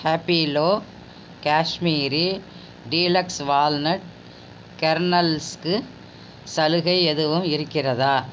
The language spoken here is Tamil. ஹேப்பிலோ காஷ்மீரி டீலக்ஸ் வால்நட் கெர்னல்ஸுக்கு சலுகை எதுவும் இருக்கிறதா